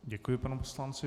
Děkuji panu poslanci.